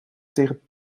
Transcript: tegen